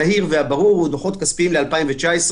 הנהיר והברור הוא דוחות כספיים לשנת 2019,